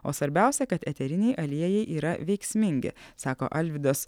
o svarbiausia kad eteriniai aliejai yra veiksmingi sako alvydas